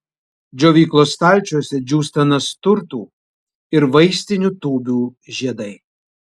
džiovyklos stalčiuose džiūsta nasturtų ir vaistinių tūbių žiedai